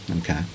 Okay